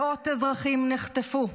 מאות אזרחים נחטפו,